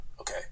Okay